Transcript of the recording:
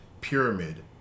pyramid